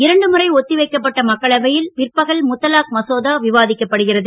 இரண்டு முறை ஒத்திவைக்கப்பட்ட மக்களவையில் பிற்பகல் முத்தலாக் மசோதா விவாதிக்கப்படுகிறது